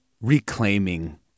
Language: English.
reclaiming